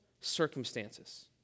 circumstances